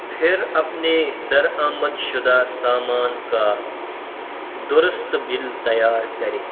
پھر اپنے درآمد شدہ سامان کا درست بل تیار کرے